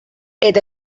eta